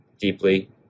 deeply